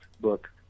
book